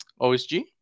OSG